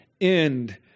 end